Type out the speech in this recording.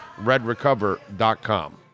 RedRecover.com